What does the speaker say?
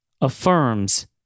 Affirms